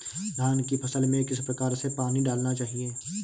धान की फसल में किस प्रकार से पानी डालना चाहिए?